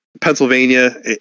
pennsylvania